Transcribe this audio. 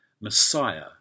Messiah